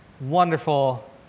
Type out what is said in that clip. wonderful